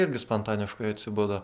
irgi spontaniškai atsibudo